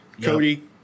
Cody